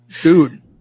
dude